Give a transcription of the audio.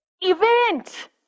event